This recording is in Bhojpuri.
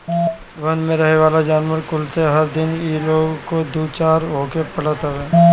वन में रहेवाला जानवर कुल से हर दिन इ लोग के दू चार होखे के पड़त हवे